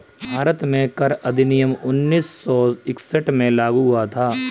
भारत में कर अधिनियम उन्नीस सौ इकसठ में लागू हुआ था